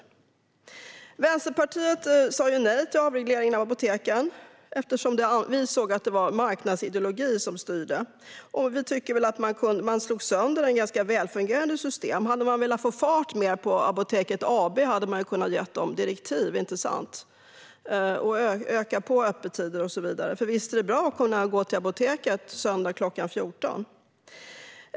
Vi i Vänsterpartiet sa nej till avregleringen av apoteken eftersom vi såg att det var marknadsideologi som styrde. Vi tycker att man slog sönder ett ganska välfungerande system. Hade man velat få fart på Apoteket AB hade man kunnat ge det direktiv, inte sant? Till exempel att utöka öppettiderna, för visst är det bra att kunna gå till apoteket på en söndag kl. 14.